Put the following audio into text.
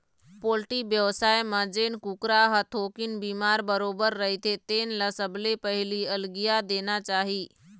poultry बेवसाय म जेन कुकरा ह थोकिन बिमार बरोबर रहिथे तेन ल सबले पहिली अलगिया देना चाही